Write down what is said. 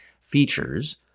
features